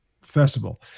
festival